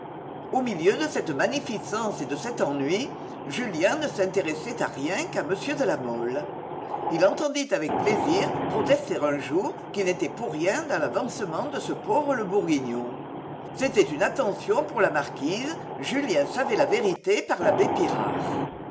au milieu de cette magnificence et de cet ennui julien ne s'intéressait à rien qu'à m de la mole il l'entendit avec plaisir protester un jour qu'il n'était pour rien dans l'avancement de ce pauvre le bourguignon c'était une attention pour la marquise julien savait la vérité par l'abbé pirard